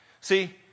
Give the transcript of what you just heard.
See